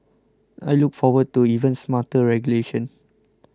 I look forward to even smarter regulation